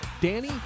Danny